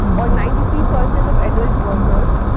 or ninety three percent of adult workers,